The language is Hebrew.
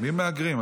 מי מהגרים?